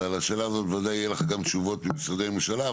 על השאלה הזאת בוודאי גם יהיו לך תשובות ממשרדי הממשלה,